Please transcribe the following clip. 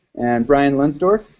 and brian lonsdorf.